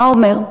מה זה אומר?